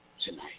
tonight